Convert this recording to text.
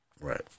Right